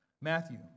Matthew